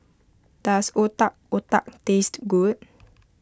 does Otak Otak taste good